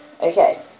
Okay